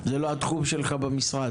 זה לא התחום שלך במשרד?